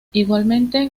igualmente